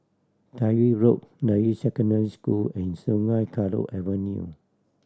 Tyrwhitt Road Deyi Secondary School and Sungei Kadut Avenue